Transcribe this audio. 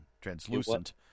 translucent